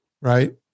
Right